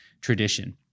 tradition